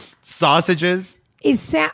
sausages